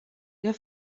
der